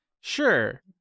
Sure